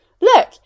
look